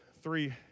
three